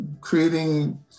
creating